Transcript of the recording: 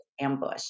ambush